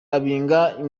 obiang